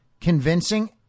convincing